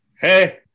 Hey